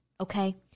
Okay